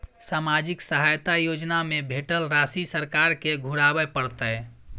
सामाजिक सहायता योजना में भेटल राशि सरकार के घुराबै परतै?